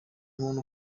umuntu